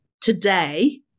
today